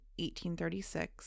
1836